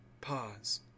pause